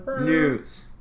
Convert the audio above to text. news